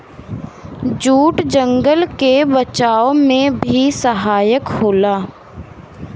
jute जंगल के बचावे में भी सहायक होला